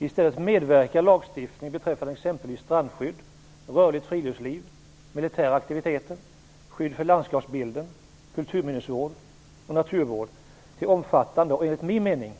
I stället medverkar lagstiftningen beträffande exempelvis strandskydd, rörligt friluftsliv, militära aktiviteter, skydd för landskapsbilden, kulturminnesvård och naturvård till omfattande och enligt min